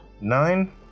Nine